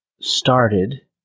started